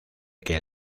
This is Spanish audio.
que